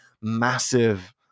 massive